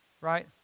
right